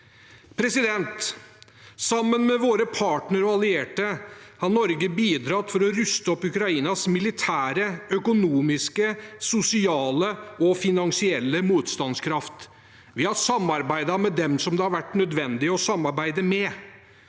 verdier. Sammen med våre partnere og allierte har Norge bidratt til å ruste opp Ukrainas militære, økonomiske, sosiale og finansielle motstandskraft. Vi har samarbeidet med dem som det har vært nødvendig å samarbeide med.